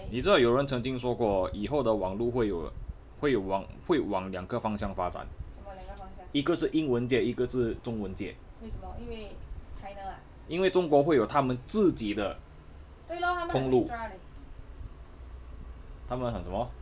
你知道有人曾经说过以后的网路会有会有网会有往两个方向发展一个是英文界一个是中文界因为中国会有他们自己的通路他们很什么